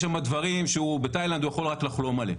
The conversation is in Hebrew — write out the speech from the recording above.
יש שם דברים שבתאילנד הוא יכול רק לחלום עליהם,